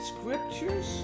scriptures